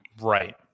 Right